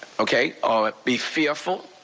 ok? or be fearful,